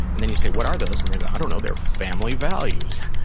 and then you say, what are those? and they go, i don't know. they're family values.